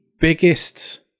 biggest